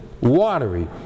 watery